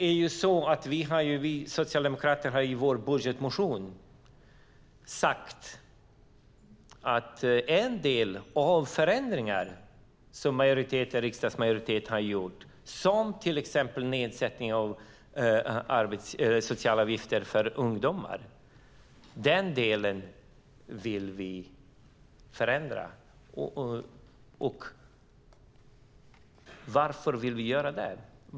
Vi socialdemokrater har i vår budgetmotion sagt att vi vill förändra en del av de förändringar som riksdagsmajoriteten har gjort, till exempel nedsättningen av sociala avgifter för ungdomar. Varför vill vi göra det?